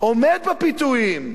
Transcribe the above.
עומד בפיתויים,